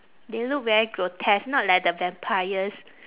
they look very grotesque not like the vampires